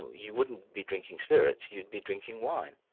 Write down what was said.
you wouldn't be drinking spirits, you'd be drinking wine.